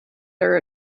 her